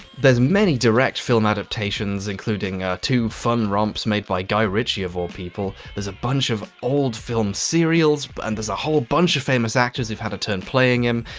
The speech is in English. there's many direct film adaptations, including two fun rumps made by guy ritchie of all people? there's a bunch of old film serials, and there's a whole bunch of famous actors who've had a turn playing him.